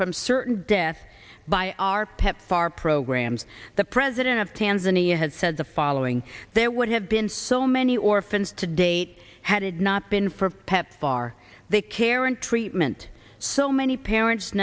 from certain death by our pepfar programs the president of tanzania had said the following there would have been so many orphans to date had it not been for pepfar the care and treatment so many parents